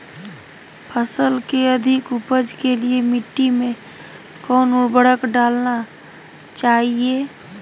फसल के अधिक उपज के लिए मिट्टी मे कौन उर्वरक डलना चाइए?